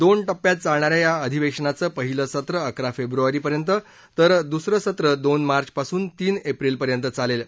दोन शियात चालणाऱ्या या अधिवेशनाचं पहिलं सत्र अकरा फेब्रुवारीपर्यंत तर दुसरं सत्र दोन मार्यपासून तीन एप्रिलपर्यंत चालेल